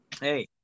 Hey